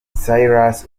cyrus